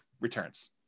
returns